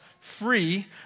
free